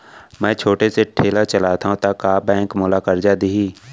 मैं छोटे से ठेला चलाथव त का मोला बैंक करजा दिही?